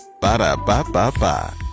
Ba-da-ba-ba-ba